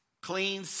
clean